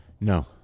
No